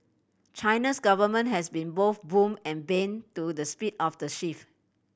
China's government has been both boon and bane to the speed of the shift